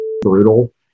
brutal